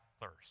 thirst